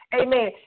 Amen